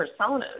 personas